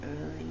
early